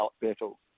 battle